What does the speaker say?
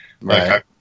Right